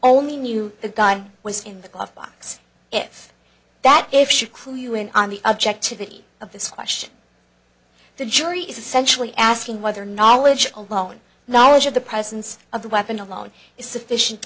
only knew the guy was in the glove box if that if you crew you in on the objective the of this question the jury is essentially asking whether knowledge alone knowledge of the presence of the weapon alone is sufficient